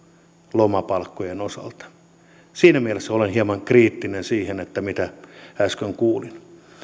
lomapalkkojen osalta siinä mielessä olen hieman kriittinen sitä kohtaan mitä äsken kuulin